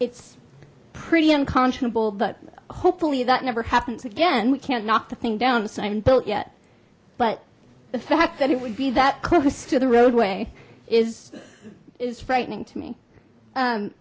it's pretty unconscionable but hopefully that never happens again we can't knock the thing down simon built yet but the fact that it would be that close to the roadway is is frightening to me